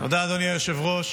תודה, אדוני היושב-ראש.